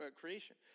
creation